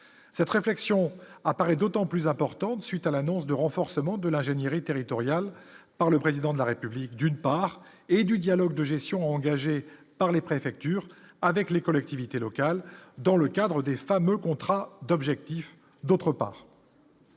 cette réflexion apparaît d'autant plus importante suite à l'annonce du renforcement de l'ingénierie territoriale par le président de la République, d'une part et du dialogue de gestion par les préfectures, avec les collectivités locales dans le cadre des fameux contrats d'objectifs, d'autre part.